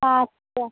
আচ্ছা